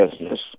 business